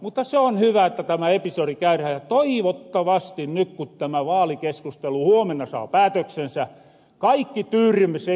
mutta se on hyvä että tämä episori käyrähän ja toivottavasti ny ku tämä vaalikeskustelu huomenna saa päätöksensä kaikki tyyrymme siihen